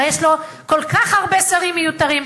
הרי יש לו כל כך הרבה שרים מיותרים,